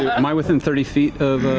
am i within thirty feet of?